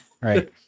Right